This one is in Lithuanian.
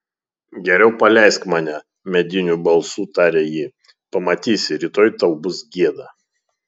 geriau paleisk mane mediniu balsu tarė ji pamatysi rytoj tau bus gėda